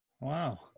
Wow